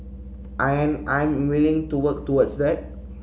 and I am willing to work towards that